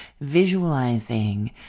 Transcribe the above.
visualizing